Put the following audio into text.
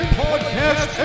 podcast